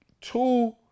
two